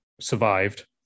survived